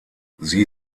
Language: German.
sie